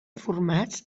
formats